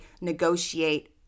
negotiate